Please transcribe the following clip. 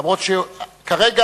כרגע